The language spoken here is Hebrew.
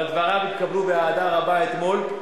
אבל דבריו התקבלו באהדה רבה אתמול.